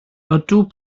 ydw